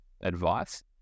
advice